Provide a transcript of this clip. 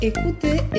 Écoutez